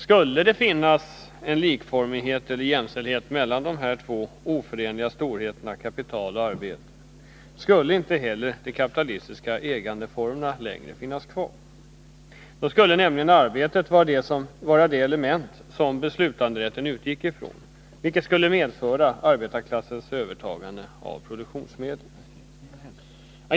Skulle det finnas en likformighet eller jämställdhet mellan de två oförenliga storheterna kapital och arbete, skulle inte längre de kapitalistiska ägandeformerna finnas kvar. Då skulle nämligen arbetet vara det element som beslutanderätten utgick från, vilket skulle medföra arbetarklassens övertagande av produktionsmedlen.